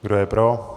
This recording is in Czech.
Kdo je pro?